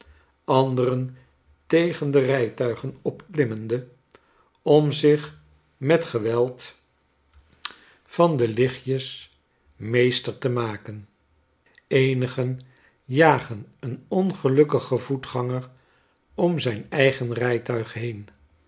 anderen tegen de rijtuigen opklimmende om zich met geweld tafereelen uit italie van de lichtjes meester te maken eenigen jagen een ongelukkigen voetganger om zijn eigen rijtuig heen